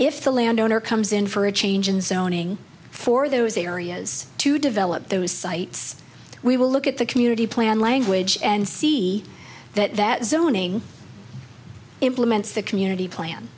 if the landowner comes in for a change in zoning for those areas to develop those sites we will look at the community plan language and see that that zoning implements the community plan